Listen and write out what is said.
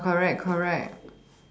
correct correct